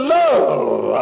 love